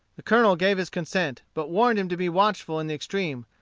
the colonel gave his consent, but warned him to be watchful in the extreme,